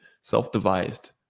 self-devised